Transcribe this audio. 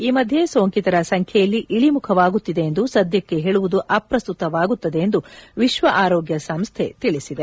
ಈ ಮಧ್ಯೆ ಸೋಂಕಿತರ ಸಂಖ್ಯೆಯಲ್ಲಿ ಇಳಿಮುಖವಾಗುತ್ತಿದೆ ಎಂದು ಸದ್ಯಕ್ಕೆ ಹೇಳುವುದು ಅಪ್ರಸ್ತುತವಾಗುತ್ತದೆ ಎಂದು ವಿಶ್ವ ಆರೋಗ್ಯ ಸಂಸ್ಥೆ ತಿಳಿಸಿದೆ